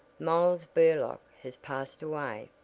miles burlock has passed away.